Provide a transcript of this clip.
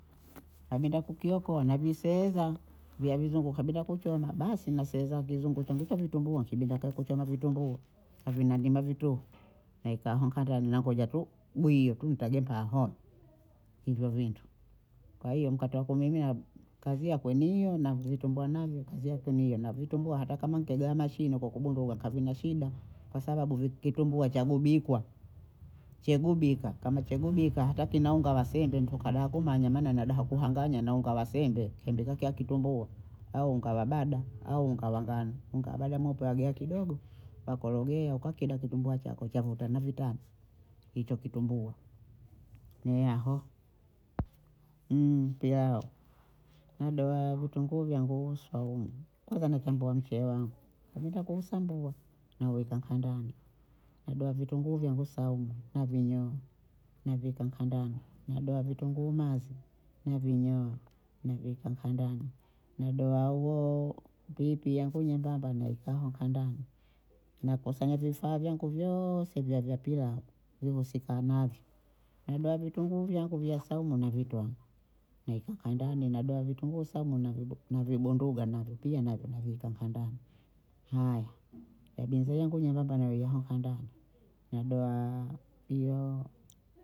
Kabinda kukiokoa naviseeza, vya vizungu kabinda kuchoma basi naseeza nkizungucho ndicho kitumbua nkibinda nkae kuchoma vitumbua navina ndima vituhu, naeka aho nkandani nangoja tu bwiye tu ntaja ntaho hivyo vintu, kwa hiyo mkate wa kumimina kazi yakwe ni hiyo na vitumbua navyo kazi yakwe ni hiyo na vitumbua hata kama nkigea mashine kwa kubundua kavina shida kwa sababu vi- kitumbua cha kugubikwa, chegubika kama chegubika hata kina unga wa sembe ntu kada kumanya maana nadaha kuhanganya na unga wa sembe kempika kitumbua au unga wa bada au unga wa ngano, unga wa bada mweupe wagea kidogo wakorogea ukankida kitumbua chako chavutana vitana hicho kitumbua ne aho. yao nadoha vitunguu vyangu saumu, kwanza nasambua mcheye wangu, nkabinda kuusambua naweka nkandani, nadoha vitunguu vyangu saumu navinyoa naviweka nkandani, nadoha vitunguu mazi navinyoa navieka nkandani nadoha huooo piyipiyi yangu nyembamba naeka aho nkandani, nakusanya vifaa vyangu vyooose vya- vya pilau vihusika navyo, nadoha vitunguu vyangu vya saumu navitwanga naweka nkandani, nadoha vitunguu saumu navido navibunduga navi pia na- navieka nkandani, haya kabinzari yangu nyembamba nauya nkandani, nadohaaa hiyooo